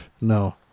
No